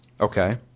Okay